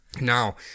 Now